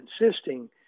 insisting